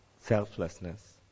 selflessness